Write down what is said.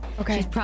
Okay